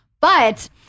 but-